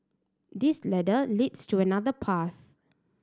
this ladder leads to another path